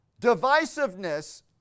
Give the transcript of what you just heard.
Divisiveness